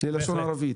ללשון ערבית.